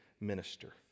minister